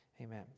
Amen